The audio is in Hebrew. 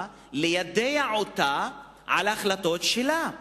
רק באים ליידע אותה על החלטות שלהם.